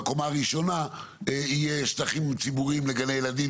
בקומה הראשונה יהיו שטחים ציבוריים לגני ילדים,